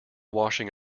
washing